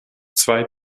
zwei